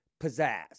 pizzazz